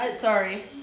Sorry